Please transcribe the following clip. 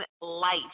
life